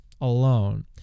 alone